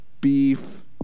beef